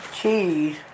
cheese